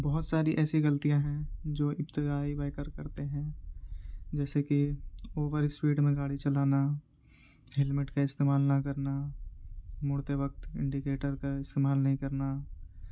بہت ساری ایسی غلطیاں ہیں جو ابتدائی بائیکر کرتے ہیں جیسے کہ اوور اسپیڈ میں گاڑی چلانا ہیلمٹ کا استعمال نہ کرنا مڑتے وقت انڈیکیٹر کا استعمال نہیں کرنا